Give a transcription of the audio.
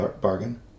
bargain